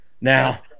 Now